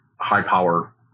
high-power